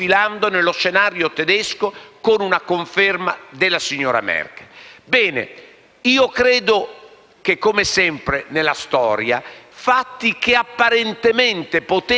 Bene, credo che, come sempre nella storia, fatti che apparentemente potevano indebolire l'Europa hanno in realtà messo i governanti europei